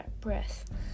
breath